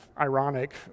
ironic